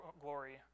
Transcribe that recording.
glory